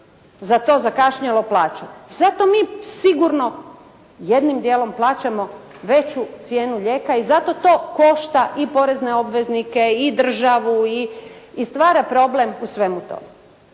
za to zakašnjelo plaćanje. I zato mi sigurno jednim dijelom plaćamo veću cijenu lijeka i zato to košta i porezne obveznike i državu i stvara problem u svemu tome.